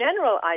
general